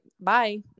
bye